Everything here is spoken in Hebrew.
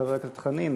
חבר הכנסת חנין,